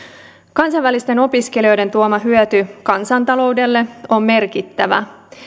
kansainvälisten opiskelijoiden tuoma hyöty kansantaloudelle on merkittävä